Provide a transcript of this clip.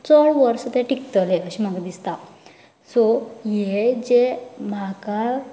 चड वर्सा तें टिकतले अशें म्हाका दिसता सो हे जे म्हाका